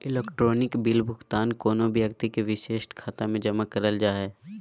electronic bill भुगतान कोनो व्यक्ति के विशिष्ट खाता में जमा करल जा हइ